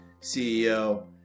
CEO